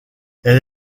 elle